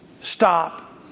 Stop